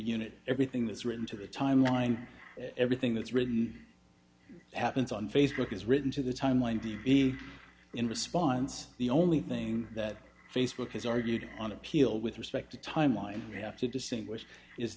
unit everything that is written to the timeline everything that's written happens on facebook is written to the timeline in response the only thing that facebook has argued on appeal with respect to time line we have to distinguish is